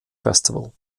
festival